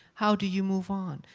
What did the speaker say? how do you move on?